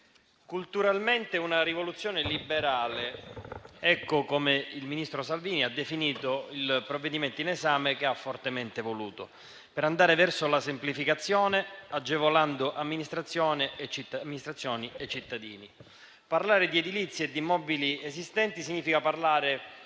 culturalmente è una rivoluzione liberale: ecco come il ministro Salvini ha definito il provvedimento in esame, che ha fortemente voluto per andare verso la semplificazione, agevolando amministrazioni e cittadini. Parlare di edilizia e di immobili esistenti significa parlare